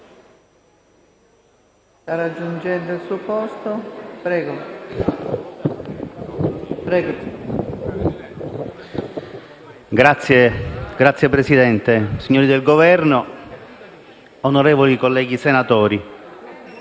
Signora Presidente, signori del Governo, onorevoli colleghi senatori: